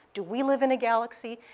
do we live in a galaxy?